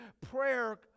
prayer